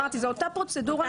אמרתי, זו אותה פרוצדורה.